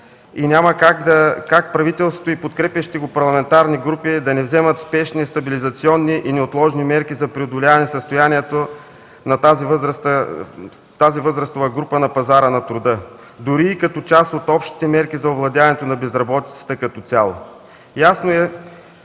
и няма как правителството и подкрепящите го парламентарни групи да не вземат спешни стабилизационни и неотложни мерки за преодоляване състоянието на тази възрастова група на пазара на труда, дори и като част от общите мерки за овладяването на безработицата като цяло.